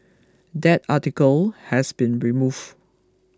that article has been removed